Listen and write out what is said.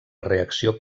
reacció